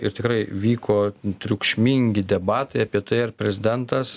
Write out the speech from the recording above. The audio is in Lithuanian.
ir tikrai vyko triukšmingi debatai apie tai ar prezidentas